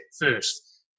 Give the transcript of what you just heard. first